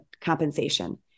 compensation